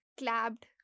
clapped